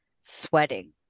sweating